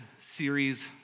series